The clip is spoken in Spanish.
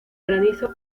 granizo